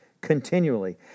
continually